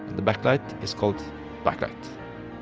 the back light is called back ah